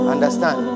Understand